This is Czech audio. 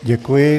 Děkuji.